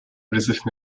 призыв